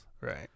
right